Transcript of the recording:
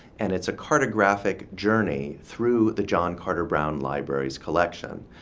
and it's a cartographic journey through the john carter brown library's collection.